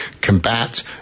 combat